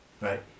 Right